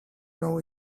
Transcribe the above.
know